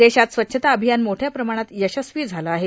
देशात स्वच्छता अभियान मोठ्या प्रमाणात यशस्वी झालं आहे